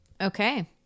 Okay